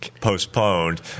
postponed